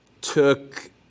took